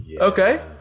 Okay